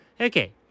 Okay